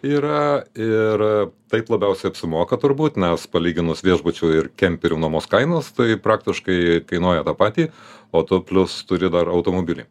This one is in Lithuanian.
yra ir taip labiausiai apsimoka turbūt nes palyginus viešbučių ir kemperių nuomos kainos tai praktiškai kainuoja tą patį o tu plius turi dar automobilį